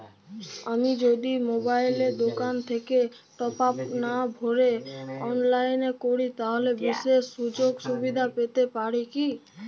আমি যদি মোবাইলের দোকান থেকে টপআপ না ভরে অনলাইনে করি তাহলে বিশেষ সুযোগসুবিধা পেতে পারি কি?